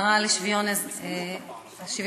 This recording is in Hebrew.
השרה לשוויון חברתי,